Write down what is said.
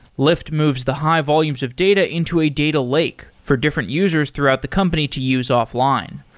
lyft moves the high-volumes of data into a data lake for different users throughout the company to use offline.